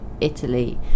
Italy